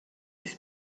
his